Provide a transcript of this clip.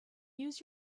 use